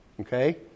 okay